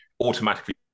automatically